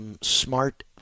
smart